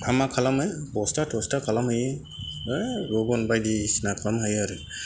मा मा खालामो बस्था थस्था खालामहैयो गुबुन बायदिसिना खालामनो हायो आरो